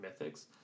mythics